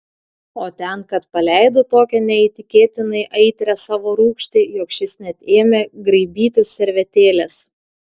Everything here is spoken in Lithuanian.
o ten kad paleido tokią neįtikėtinai aitrią savo rūgštį jog šis net ėmė graibytis servetėlės